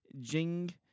Jing